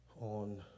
on